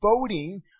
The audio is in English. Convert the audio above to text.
voting